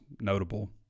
notable